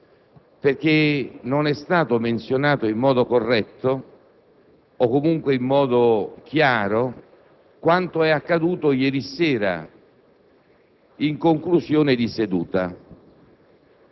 perché non è stato menzionato in modo corretto o comunque in modo chiaro quanto è accaduto ieri sera in conclusione di seduta.